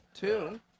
Two